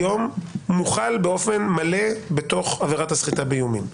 מוחל היום באופן מלא בתוך עבירת הסחיטה באיומים.